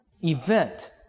event